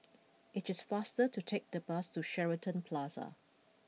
it is faster to take the bus to Shenton Plaza